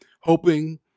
hoping